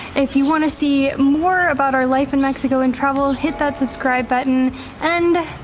if you wanna see more about our life in mexico and travel, hit that subscribe button and